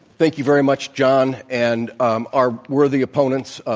thank you very much, john and um our worthy opponents.